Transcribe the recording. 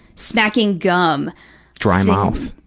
smacking gum dry mouth.